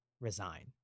Resign